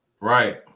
Right